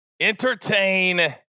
Entertain